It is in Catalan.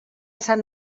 sant